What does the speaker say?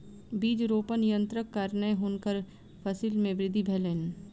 बीज रोपण यन्त्रक कारणेँ हुनकर फसिल मे वृद्धि भेलैन